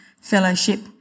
fellowship